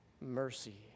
mercy